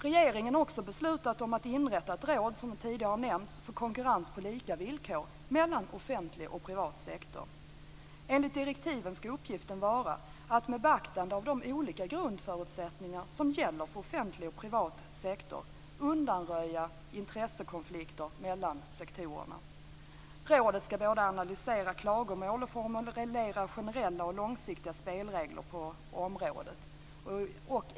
Vidare har regeringen beslutat om att inrätta ett råd, vilket tidigare har nämnts, för konkurrens på lika villkor mellan offentlig och privat sektor. Enligt direktiven skall uppgiften vara att med beaktande av de olika grundförutsättningar som gäller för offentlig och privat sektor undanröja intressekonflikter mellan sektorerna. Rådet skall både analysera klagomål och formulera generella och långsiktiga spelregler på området.